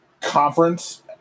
conference